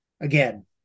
Again